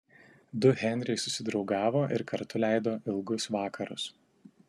du henriai susidraugavo ir kartu leido ilgus vakarus